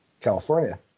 California